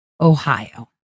Ohio